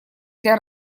для